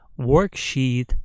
Worksheet